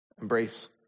Embrace